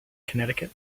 connecticut